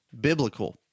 biblical